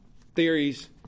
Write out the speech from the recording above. theories